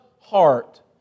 heart